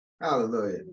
Hallelujah